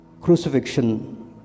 crucifixion